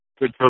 good